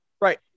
Right